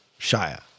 Shia